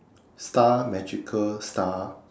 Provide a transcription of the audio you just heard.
star magical star